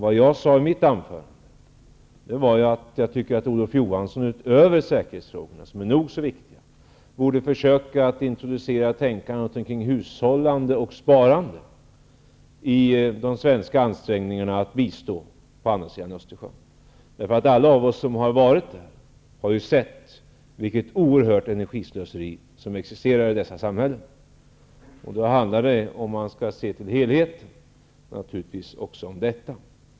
Vad jag sade i mitt anförande var att jag tycker att Olof Johansson utöver säkerhetsfrågorna -- som är nog så viktiga -- borde försöka introducera tänkande också kring hushållning och sparande i de svenska ansträngningarna att bistå på andra sidan Östersjön. Alla av oss som har varit där har sett vilket oerhört energislöseri som existerar i dessa samhällen. Skall man se till helheten bör vår insats naturligtvis också handla om detta.